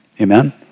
Amen